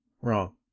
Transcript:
Wrong